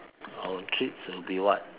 our kids will be what